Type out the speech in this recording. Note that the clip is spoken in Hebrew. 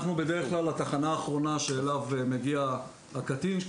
אנחנו בדרך-כלל התחנה האחרונה אליה מגיע הקטין,